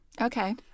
Okay